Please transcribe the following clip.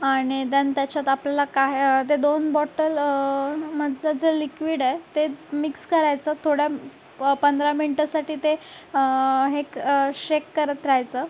आणि देन त्याच्यात आपल्याला काह्य ते दोन बॉटल मधलं जे लिक्विड आहे तेच मिक्स करायचं थोड्या प पंधरा मिनटासाठी ते हे क शेक करत राहायचं